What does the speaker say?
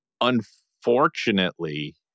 Unfortunately